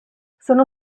sono